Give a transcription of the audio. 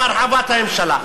על הרחבת הממשלה.